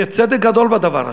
ויש צדק גדול בדבר הזה.